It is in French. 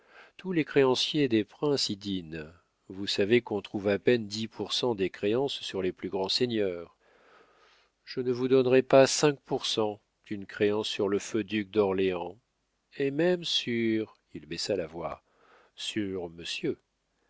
tous les créanciers des princes y dînent vous savez qu'on trouve à peine dix pour cent des créances sur les plus grands seigneurs je ne vous donnerais pas cinq pour cent d'une créance sur le feu duc d'orléans et même sur il baissa la voix sur monsieur